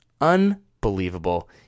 unbelievable